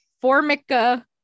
Formica